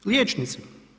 Liječnici.